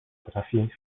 trafi